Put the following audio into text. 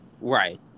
Right